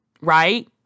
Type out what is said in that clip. right